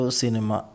cinema